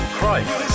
Christ